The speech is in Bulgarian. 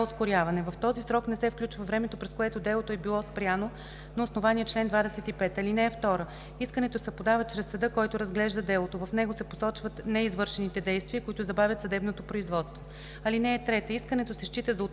В този срок не се включва времето, през което делото е било спряно на основание чл. 25. (2) Искането се подава чрез съда, който разглежда делото. В него се посочват неизвършените действия, които забавят съдебното производство. (3) Искането се счита за оттеглено,